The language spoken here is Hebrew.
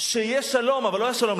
כשיהיה שלום, אבל לא היה שלום.